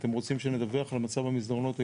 אתם רוצים שנדווח על המצב המסדרונות האקולוגיים?